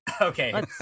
Okay